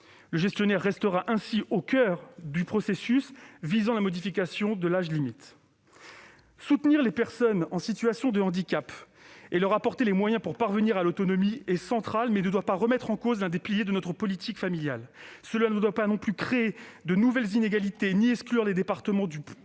Le gestionnaire resterait ainsi au coeur du processus visant à modifier l'âge limite. Soutenir les personnes en situation de handicap et leur apporter les moyens de parvenir à l'autonomie sont des points centraux qui ne doivent toutefois pas remettre en cause l'un des piliers de notre politique familiale. Cela ne doit pas non plus créer de nouvelles inégalités ni exclure les départements du pouvoir